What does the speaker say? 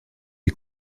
est